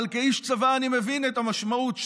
אבל כאיש צבא אני מבין את המשמעות של,